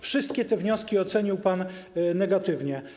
Wszystkie te wnioski ocenił pan negatywnie.